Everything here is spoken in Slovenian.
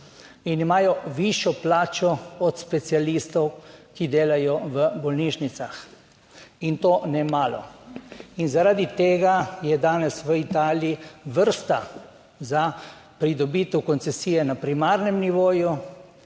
in imajo višjo plačo od specialistov, ki delajo v bolnišnicah. In to ne malo. In zaradi tega je danes v Italiji vrsta za pridobitev koncesije na primarnem nivoju